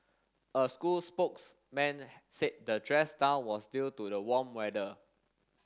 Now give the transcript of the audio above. a school spokesman said the dress down was due to the warm weather